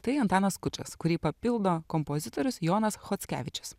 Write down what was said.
tai antanas skučas kurį papildo kompozitorius jonas chockevičius